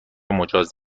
مجاز